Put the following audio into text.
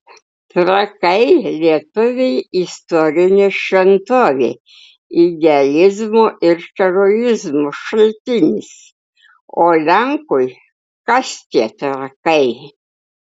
trakai lietuviui istorinė šventovė idealizmo ir heroizmo šaltinis o lenkui kas tie trakai